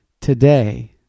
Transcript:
today